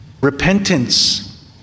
repentance